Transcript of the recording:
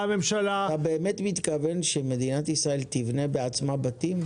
אתה באמת מתכוון לזה שמדינת ישראל תבנה בעצמה בתים?